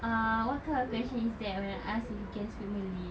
uh what kind of question is that when I asked if he can speak malay